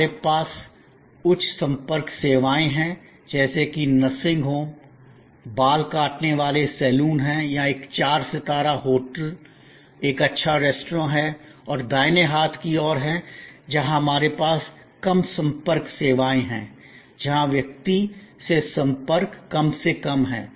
हमारे पास उच्च संपर्क सेवाएं हैं जैसे कि नर्सिंग होम बाल काटने वाले सैलून हैं या एक चार सितारा होटल एक अच्छा रेस्तरां है और दाहिने हाथ की ओर है जहां हमारे पास कम संपर्क सेवाएं हैं जहां व्यक्ति से संपर्क कम से कम है